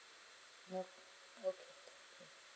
nope okay